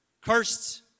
Cursed